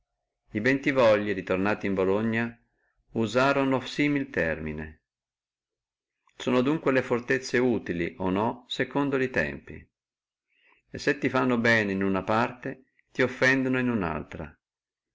riperdere quello stato bentivogli ritornati in bologna usorono simili termini sono dunque le fortezze utili o no secondo e tempi e se le ti fanno bene in una parte ti offendano in unaltra